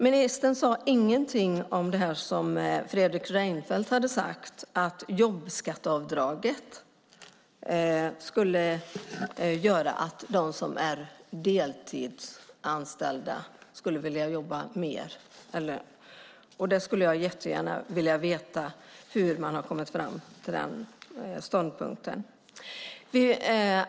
Ministern sade inget om det som Fredrik Reinfeldt hade sagt, alltså att jobbskatteavdraget skulle göra att de som är deltidsanställda skulle jobba mer. Jag skulle jättegärna vilja veta hur man har kommit fram till den ståndpunkten.